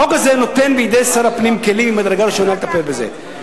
החוק הזה נותן בידי שר הפנים כלים ממדרגה ראשונה לטפל בזה.